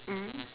mmhmm